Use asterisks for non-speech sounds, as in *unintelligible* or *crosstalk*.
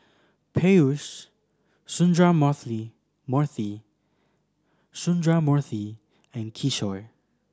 Peyush *unintelligible* Sundramoorthy and Kishore